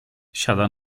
siada